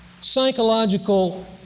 psychological